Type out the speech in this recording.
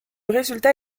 résultat